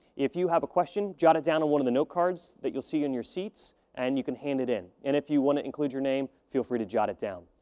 if you have a question, jot it down on one of the note cards that you'll see you in your seats and you can hand it in. and if you want to include your name, feel free to jot it down.